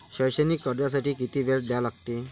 शैक्षणिक कर्जासाठी किती व्याज द्या लागते?